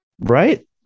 right